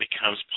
becomes